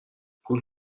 پول